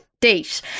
date